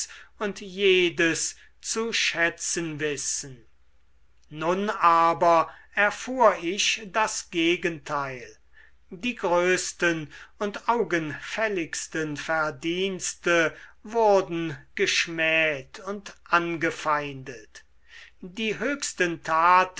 und jedes zu schätzen wissen nun aber erfuhr ich das gegenteil die größten und augenfälligsten verdienste wurden geschmäht und angefeindet die höchsten taten